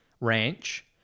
ranch